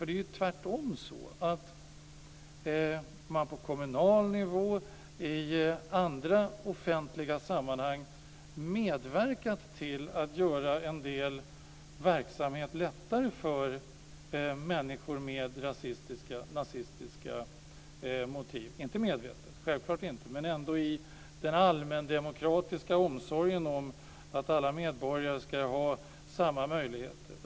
Det är tvärtom så att man på kommunal nivå och i andra offentliga sammanhang har medverkat till att göra en del verksamheter lättare för människor med rasistiska och nazistiska motiv - självfallet inte medvetet, men ändå i den allmänna demokratiska omsorgen om att alla medborgare ska ha samma möjligheter.